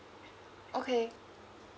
okay